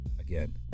again